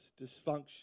dysfunction